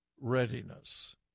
readiness